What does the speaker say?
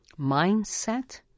mindset